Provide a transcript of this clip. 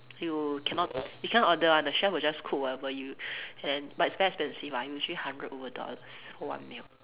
you cannot you cannot order [one] the chef will just cook whatever you and but it's very expensive ah usually hundred over dollars one meal